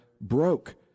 broke